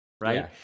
right